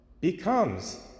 becomes